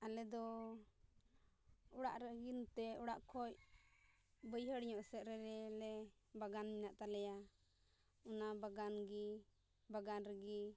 ᱟᱞᱮ ᱫᱚ ᱚᱲᱟᱜ ᱨᱟᱜᱤᱱᱛᱮ ᱚᱲᱟᱜ ᱠᱷᱚᱡ ᱵᱟᱹᱭᱦᱟᱹᱲ ᱧᱚᱜ ᱥᱮᱫ ᱨᱮᱞᱮ ᱵᱟᱜᱟᱱ ᱢᱮᱱᱟᱜ ᱛᱟᱞᱮᱭᱟ ᱚᱱᱟ ᱵᱟᱜᱟᱱ ᱜᱮ ᱵᱟᱜᱟᱱ ᱨᱮᱜᱮ